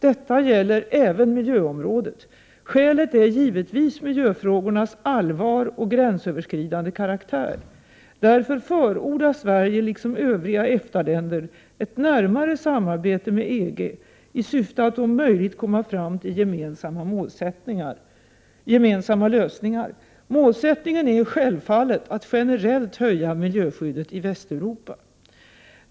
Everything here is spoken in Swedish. Detta gäller även miljöområdet. Skälet är givetvis miljöfrågornas allvar och gränsöverskridande karaktär. Därför förordar Sverige liksom övriga EFTA-länder ett närmare samarbete med EG i syfte att om möjligt komma fram till gemensamma lösningar. Målsättningen är självfallet att generellt höja miljöskyddet i Västeuropa.